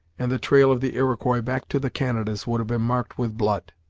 and the trail of the iroquois back to the canadas would have been marked with blood.